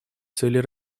целей